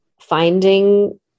finding